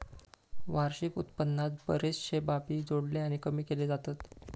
वार्षिक उत्पन्नात बरेचशे बाबी जोडले आणि कमी केले जातत